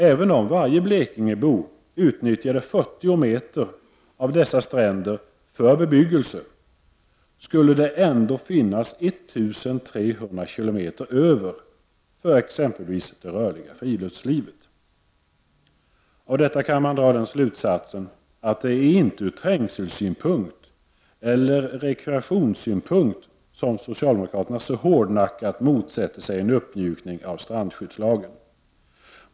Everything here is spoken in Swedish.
Även om varje blekingebo utnyttjade 40 meter av dessa stränder för bebyggelse skulle det finnas 1 300 km över för exempelvis det rörliga friluftslivet. Av detta kan man dra den slutsatsen att det inte är från trängselsynpunkt eller rekreationssynpunkt som socialdemokraterna så hårdnackat motsätter sig en uppmjukning av strandskyddslagen.